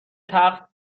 تخت